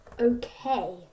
Okay